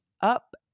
up